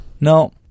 no